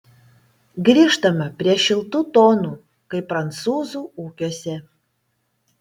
grįžtama prie šiltų tonų kai prancūzų ūkiuose